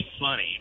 funny